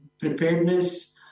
preparedness